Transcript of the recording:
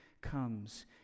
comes